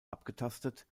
abgetastet